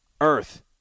Earth